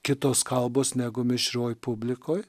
kitos kalbos negu mišrioj publikoj